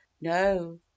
no